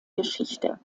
geschichte